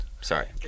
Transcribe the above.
Sorry